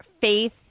faith